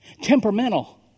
Temperamental